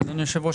אדוני היושב-ראש,